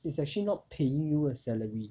is actually not paying you salary